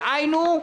דהיינו,